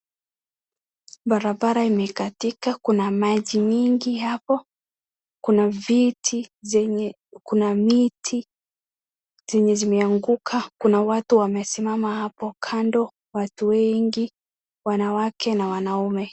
Barabara imekatika, kuna maji mingi hapo kuna viti zenye kuna miti zenye zimeanguka, kuna watu wamesimama hapo kando watu wengi wanawake na wanaume.